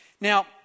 Now